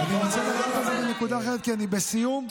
כי אני בסיום,